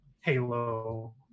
Halo